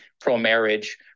pro-marriage